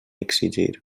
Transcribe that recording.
exigir